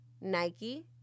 Nike